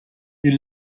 you